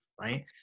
right